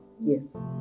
yes